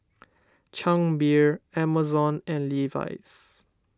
Chang Beer Amazon and Levi's